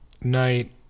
Knight